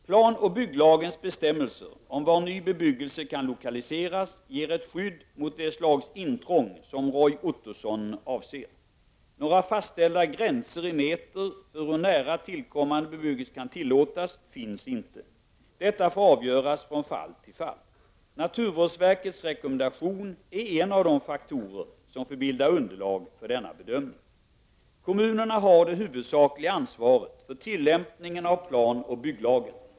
Planoch bygglagens bestämmelser om var ny bebyggelse kan lokaliseras ger ett skydd mot det slags intrång som Roy Ottosson avser. Några fastställda gränser i meter för hur nära tillkommande bebyggelse kan tillåtas finns inte. Detta får avgöras från fall till fall. Naturvårdsverkets rekommendation är en av de faktorer som får bilda underlag för denna bedömning. Kommunerna har det huvudsakliga ansvaret för tillämpningen av planoch bygglagen.